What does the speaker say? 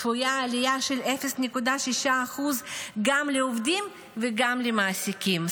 צפויה עלייה של 0.6% גם לעובדים וגם למעסיקים,